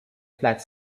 flat